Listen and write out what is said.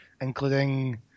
including